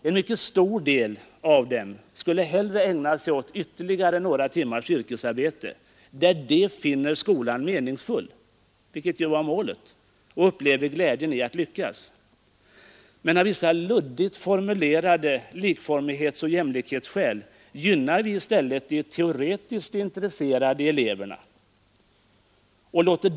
En mycket stor del av dem skulle hellre önska sig ytterligare några timmars yrkesarbete, i vilket de finner skolan meningsfull — och det var ju målet — och få uppleva glädjen i att lyckas. Men av vissa luddigt formulerade likformighetsoch jämlikhetsskäl gynnar vi i stället de teoretiskt intresserade eleverna.